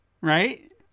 Right